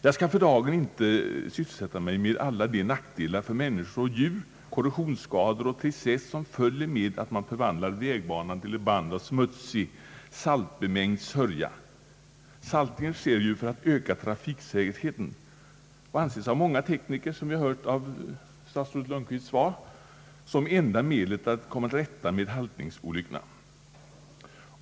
Jag skall för dagen inte sysselsätta mig med alla de nackdelar för människor och djur, korrosionsskador och tristess som följer med att man förvandlar vägarna till band av smutsig saltbemängd sörja. Saltningen sker ju för att öka trafiksäkerheten och anses av många tekniker, såsom vi har hört av statsrådet Lundkvists svar, som enda medlet att komma till rätta med halknings olyckorna.